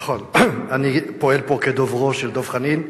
נכון, אני פועל פה כדוברו של דב חנין.